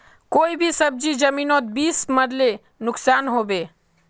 कोई भी सब्जी जमिनोत बीस मरले नुकसान होबे?